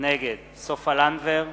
נגד סופה לנדבר,